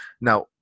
Now